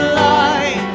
light